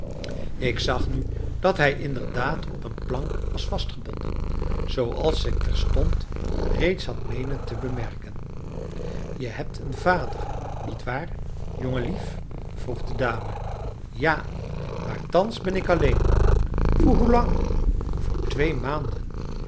ik zag nu dat hij inderdaad op een plank was vastgebonden zooals ik terstond reeds had meenen te bemerken je hebt een vader niet waar jongenlief vroeg de dame ja maar thans ben ik alleen voor hoe lang voor twee maanden